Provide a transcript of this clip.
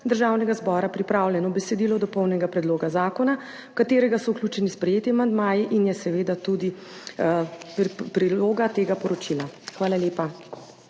Državnega zbora pripravljeno besedilo dopolnjenega predloga zakona, v katerega so vključeni sprejeti amandmaji. Dopolnjeni predlog zakona je seveda tudi priloga tega poročila. Hvala lepa.